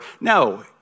No